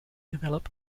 develop